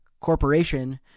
corporation